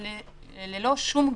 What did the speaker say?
ללא שום גידור.